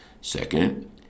Second